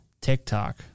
TikTok